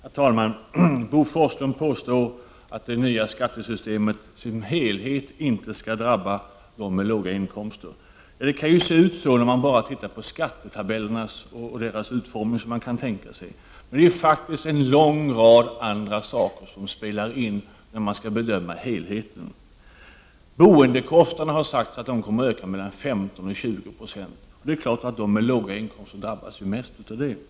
Herr talman! Bo Forslund påstår att det nya skattesystemet som helhet inte skall drabba dem med låga inkomster. Ja, det kan se ut så om man bara ser till skattetabellerna och deras utformning. Men en lång rad andra saker spelar faktiskt in när man bedömer helheten. Det har sagts att boendekostnaderna kommer att öka med 15-20 96, och det är klart att de med låga inkomster drabbas mest av det.